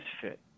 fit